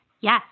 Yes